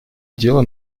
дело